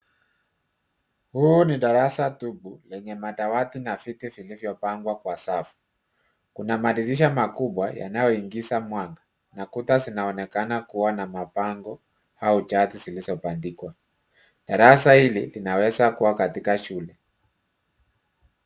Huu ni darasa tupu, lenye madawati na viti vilovyopangwa kwa safu. Kuna madirisha makubwa yanayoingiza mwanga, na kuta zinaonekana kuwa na mabango au chati zilizobandikwa. Darasa hili linaweza kuwa katika shule.